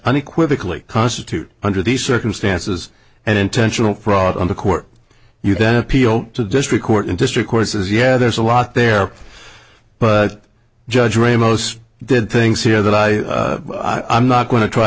unequivocally constitute under these circumstances and intentional fraud on the court you then appeal to district court and district court says yeah there's a lot there but judge ramos did things here that i i'm not going to try